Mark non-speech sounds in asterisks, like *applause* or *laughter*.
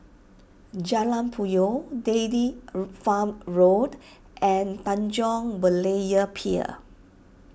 Jalan Puyoh Daily *unintelligible* Farm Road and Tanjong Berlayer Pier